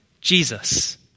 Jesus